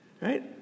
Right